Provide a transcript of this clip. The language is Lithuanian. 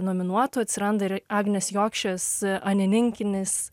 nominuotų atsiranda ir agnės jogšės anininkinis